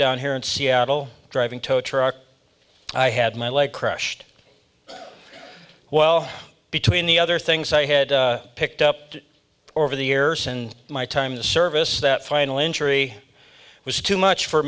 down here in seattle driving tow truck i had my leg crushed well between the other things i had picked up over the years and my time to service that final injury was too much for